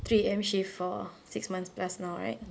three A_M shift for six months plus now right